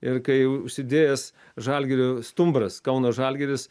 ir kai užsidėjęs žalgirio stumbras kauno žalgiris